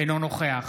אינו נוכח